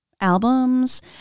albums